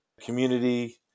community